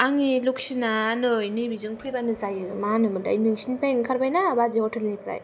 आंनि लकेसना नै नैबेजों फैब्लानो जायो मा होनोमोनलाय नोंसिनिफ्राय ओंखारबायना बाजै हटेलनिफ्राय